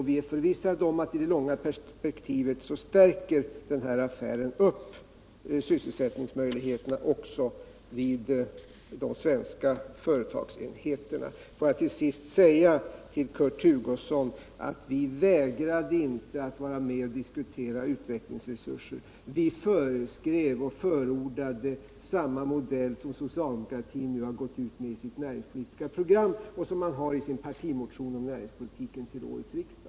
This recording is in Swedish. Vi är förvissade om att den här affären i det långa perspektivet stärker sysselsättningsmöjligheterna också vid de svenska företagsenheterna. Får jag till sist säga till Kurt Hugosson att vi inte vägrade att vara med och diskutera utvecklingsresurser. Vi föreskrev och förordade samma modell som socialdemokratin nu föreslår i sitt näringspolitiska program och i sin partimotion om näringspolitiken till årets riksdag.